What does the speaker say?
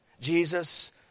Jesus